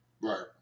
Right